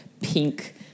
pink